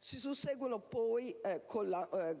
Si susseguono poi, con